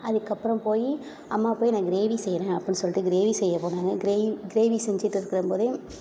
அதுக்கப்புறம் போய் அம்மா போய் நான் க்ரேவி செய்கிறேன் அப்புடின்னு சொல்லிட்டு க்ரேவி செய்ய போனாங்க க்ரேவி க்ரேவி செஞ்சுட்டு இருக்கிறம்போதே